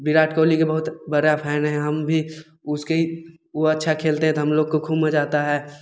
बिराट कोहलीके बहुत बड़ा फैन है भी उसके अच्छा खेलते है तऽ हमलोगो को खूब मजा आता है